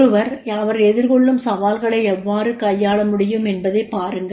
ஒருவர் அவர் எதிர்கொள்ளும் சவால்களை எவ்வாறு கையாள முடியும் என்பதைப் பாருங்கள்